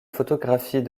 photographie